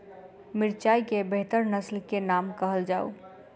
मिर्चाई केँ बेहतर नस्ल केँ नाम कहल जाउ?